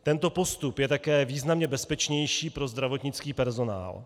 Tento postup je také významně bezpečnější pro zdravotnický personál.